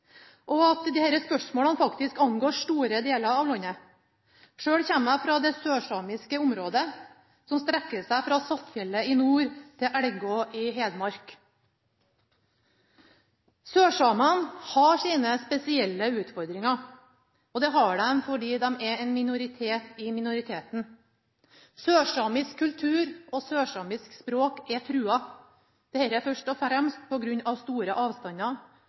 og at disse spørsmålene faktisk angår store deler av landet. Sjøl kommer jeg fra det sørsamiske området, som strekker seg fra Saltfjellet i nord til Elgå i Hedmark. Sørsamene har sine spesielle utfordringer, og det har de fordi de er en minoritet i minoriteten. Sørsamisk kultur og sørsamisk språk er truet. Det er først og fremst på grunn av store avstander